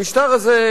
המשטר הזה,